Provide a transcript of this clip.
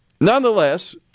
Nonetheless